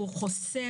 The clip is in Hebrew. הוא חוסך,